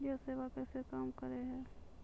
यह सेवा कैसे काम करै है?